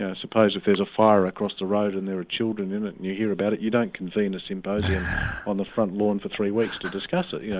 ah suppose if there's a fire across the road and there are children in it and you hear about it, you don't convene a symposium on the front lawn for three weeks to discuss it. yeah